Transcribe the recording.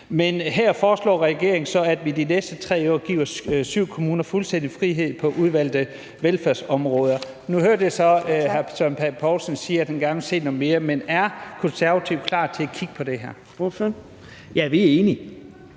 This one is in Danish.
Men her foreslår regeringen så, at vi de næste 3 år giver syv kommuner fuldstændig frihed på udvalgte velfærdsområder. Nu hørte jeg så hr. Søren Pape Poulsen sige, at han gerne vil se noget mere, men er De Konservative klar til at kigge på det her? Kl. 16:29 Fjerde